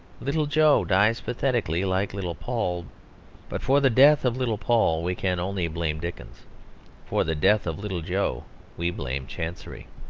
little jo dies pathetically like little paul but for the death of little paul we can only blame dickens for the death of little jo we blame chancery.